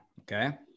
okay